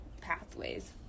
pathways